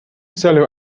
solo